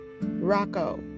Rocco